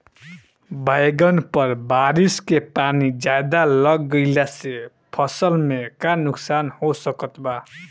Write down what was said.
बैंगन पर बारिश के पानी ज्यादा लग गईला से फसल में का नुकसान हो सकत बा?